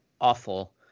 awful